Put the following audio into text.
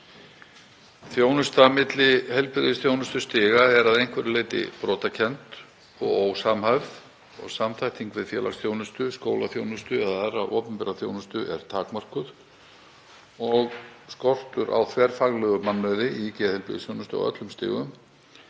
Þjónusta milli heilbrigðisþjónustustiga er að einhverju leyti brotakennd og ósamhæfð og samþætting við félagsþjónustu, skólaþjónustu eða aðra opinbera þjónustu er takmörkuð og skortur á þverfaglegum mannauði í geðheilbrigðisþjónustu á öllum stigum.